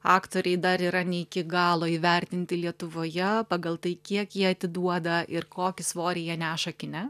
aktoriai dar yra ne iki galo įvertinti lietuvoje pagal tai kiek jie atiduoda ir kokį svorį jie neša kine